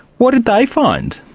what did they find?